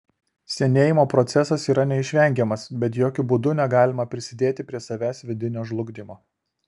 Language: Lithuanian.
senėjimo procesas yra neišvengiamas bet jokiu būdu negalima prisidėti prie savęs vidinio žlugdymo